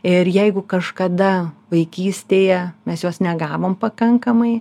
ir jeigu kažkada vaikystėje mes jos negavom pakankamai